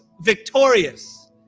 victorious